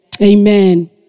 Amen